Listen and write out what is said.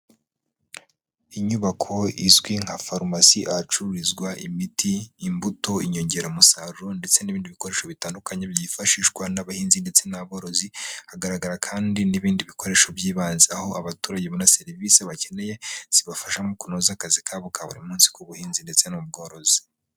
Inyubako izwi nka pharmacie ahacururizwa imiti, imbuto, inyongera musaruro ndetse n'ibindi bikoresho bitandukanye byifashishwa n'abahinzi ndetse n'aborozi, hagaragara kandi n'ibindi bikoresho by'ibanze. Aho abaturage babona serivise bakeneye, zibafasha mu kunoza akazi kabo ka buri munsi ku buhinzi ndetse n'ubworozi.